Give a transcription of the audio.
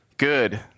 Good